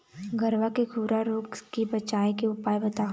गरवा के खुरा रोग के बचाए के उपाय बताहा?